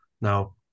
Now